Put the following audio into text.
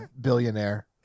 billionaire